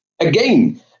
again